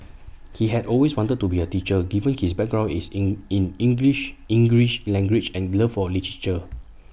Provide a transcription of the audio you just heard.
he had always wanted to be A teacher given his background is in in English English language and love for literature